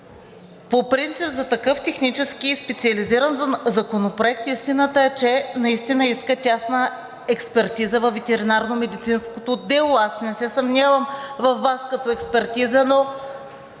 По принцип за такъв технически и специализиран законопроект истината е, че наистина иска тясна експертиза във ветеринарномедицинското дело. Аз не се съмнявам във Вас като експертиза, но